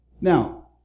Now